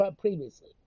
Previously